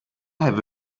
have